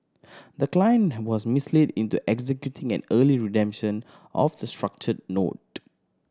the client was misled into executing an early redemption of the structured note